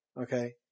okay